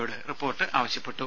യോട് റിപ്പോർട്ട് ആവശ്യപ്പെട്ടു